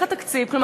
כלומר,